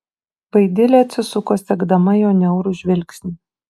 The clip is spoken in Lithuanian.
vaidilė atsisuko sekdama jo niaurų žvilgsnį